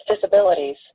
disabilities